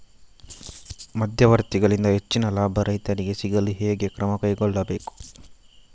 ಮಧ್ಯವರ್ತಿಗಳಿಂದ ಹೆಚ್ಚಿನ ಲಾಭ ರೈತರಿಗೆ ಸಿಗಲು ಹೇಗೆ ಕ್ರಮ ಕೈಗೊಳ್ಳಬೇಕು?